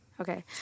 Okay